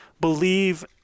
believe